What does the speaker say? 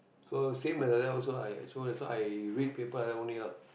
so same that like that I also also I read paper only lah